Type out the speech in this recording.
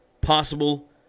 possible